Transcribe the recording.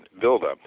buildup